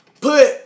put